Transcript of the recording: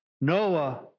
Noah